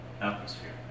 atmosphere